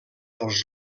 els